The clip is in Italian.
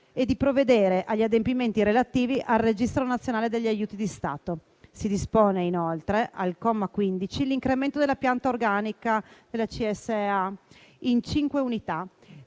e di provvedere agli adempimenti relativi al Registro nazionale degli aiuti di Stato. Si dispone, inoltre, al comma 15, l'incremento della pianta organica della CSEA in cinque unità,